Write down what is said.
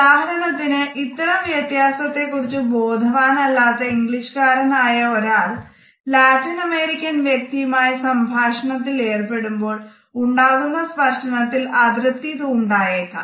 ഉദാഹരണത്തിനു ഇത്തരം വ്യത്യാസത്തെ കുറിച്ച് ബോധവാൻ അല്ലാത്ത ഇംഗ്ലീഷുകാരൻ ആയ ഒരാൾ ലാറ്റിൻ അമേരിക്കൻ വ്യക്തിയുമായി സംഭാഷണത്തിൽ ഏർപ്പെടുമ്പോൾ ഉണ്ടാകുന്ന സ്പർശനത്തിൽ അതൃപ്തി ഉണ്ടായേക്കാം